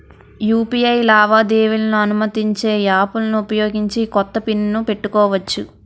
UPI లావాదేవీలను అనుమతించే యాప్లలను ఉపయోగించి కొత్త పిన్ ను పెట్టుకోవచ్చు